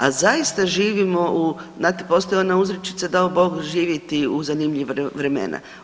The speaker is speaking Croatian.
A zaista živimo, znate postoji ona uzrečica, dao Bog živjeti u zanimljiva vremena.